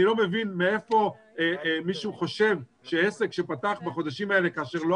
אני לא מבין מאיפה מישהו חושב שעסק שפתח בחודשים האלה כאשר לא